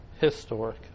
Historic